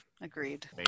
Agreed